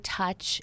touch